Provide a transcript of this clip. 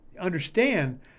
understand